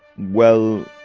well,